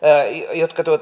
jotka